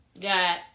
got